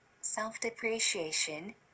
self-depreciation